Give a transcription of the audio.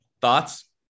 Thoughts